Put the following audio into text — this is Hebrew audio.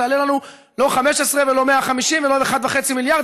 תעלה לנו לא 15 ולא 150 ולא 1.5 מיליארד,